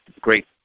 great